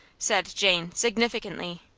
said jane, significantly.